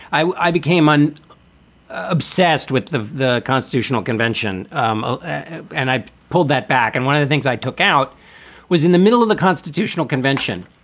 i i became obsessed with the the constitutional convention um ah and i pulled that back. and one of the things i took out was in the middle of the constitutional convention.